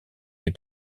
les